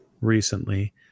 recently